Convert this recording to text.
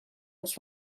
was